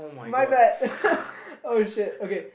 my bad oh shit okay